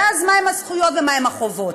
ואז מהן הזכויות ומהן החובות.